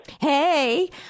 Hey